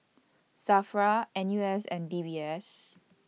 SAFRA N U S and D B S